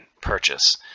purchase